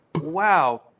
wow